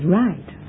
right